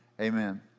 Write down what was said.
amen